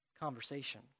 conversation